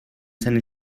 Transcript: seine